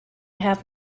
have